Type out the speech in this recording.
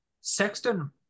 Sexton